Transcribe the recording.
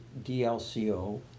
DLCO